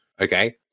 okay